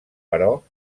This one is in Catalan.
però